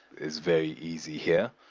is very easy here.